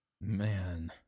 Man